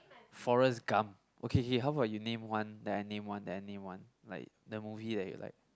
Forrest-Gump okay okay how about you name one then I name one then I name one like the movie that you like